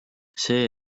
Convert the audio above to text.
see